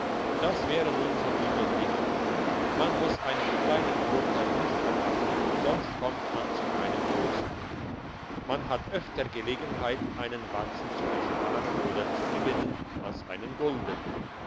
das wäre nun so übel nicht man muss einen kleinen vorteil nicht verachten sonst kommt man zu keinem grossen man hat öfter gelegenheit einen batzen zu ersparen oder zu gewinnen als einen gulden